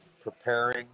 preparing